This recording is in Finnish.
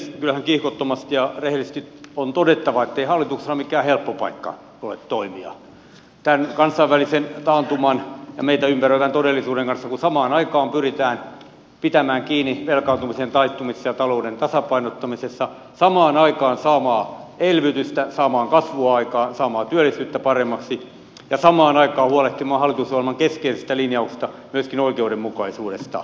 kyllähän kiihkottomasti ja rehellisesti on todettava ettei hallituksella mikään helppo paikka ole toimia tämän kansainvälisen taantuman ja meitä ympäröivän todellisuuden kanssa kun samaan aikaan pyritään pitämään kiinni velkaantumisen taittumisesta ja talouden tasapainottamisesta samaan aikaan saamaan elvytystä saamaan kasvua aikaan saamaan työllisyyttä paremmaksi ja samaan aikaan huolehtimaan hallitusohjelman keskeisistä linjauksista myöskin oikeudenmukaisuudesta